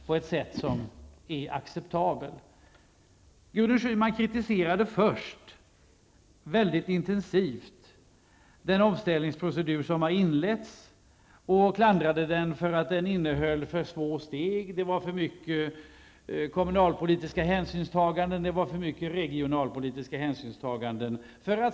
Gudrun Schyman kritiserade först väldigt intensivt den omställningsprocedur som har inletts. Hon klandrade den och sade att den innehöll för små steg samt att det var för mycket av kommunalpolitiskt och regionalpolitiskt hänsynstagande.